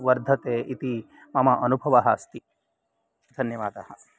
वर्धते इति मम अनुभवः अस्ति धन्यवादः